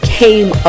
came